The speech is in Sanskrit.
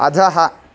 अधः